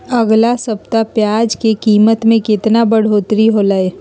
अगला सप्ताह प्याज के कीमत में कितना बढ़ोतरी होलाय?